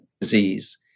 disease